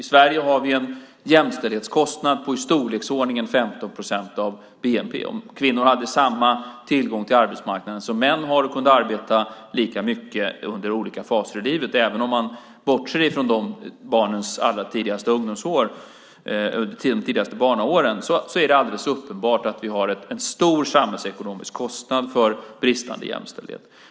I Sverige har vi en jämställdhetskostnad på i storleksordningen 15 procent av bnp mot om kvinnor hade samma tillgång till arbetsmarknaden som män har och kunde arbeta lika mycket under olika faser i livet. Även om man bortser från de allra tidigaste barnaåren är det alldeles uppenbart att vi har en stor samhällsekonomisk kostnad för bristande jämställdhet.